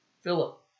Philip